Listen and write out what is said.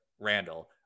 Randall